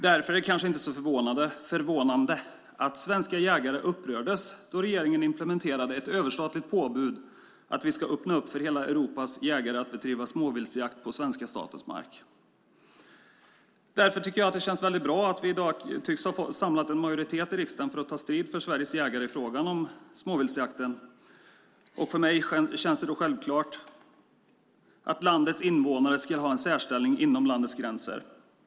Det är därför inte så förvånande att svenska jägare upprördes då regeringen implementerade ett överstatligt påbud att vi ska öppna för hela Europas jägare att bedriva småviltjakt på svenska statens mark. Det känns därför väldigt bra att vi i dag tycks ha samlat en majoritet i riksdag för att ta strid för Sveriges jägare i frågan om småviltsjakten. För mig känns det självklart att landets invånare ska ha en särställning inom landets gränser.